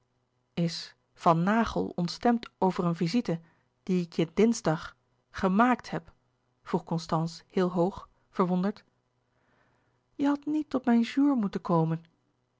is van naghel ontstemd over een visite die ik je dinsdag gemaakt heb vroeg constance heel hoog verwonderd je hadt niet op mijn jour moeten komen